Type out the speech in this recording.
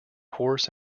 horse